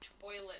toilet